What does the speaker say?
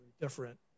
different